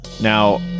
Now